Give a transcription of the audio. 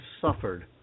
suffered